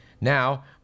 Now